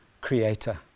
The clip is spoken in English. creator